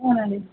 అవునండి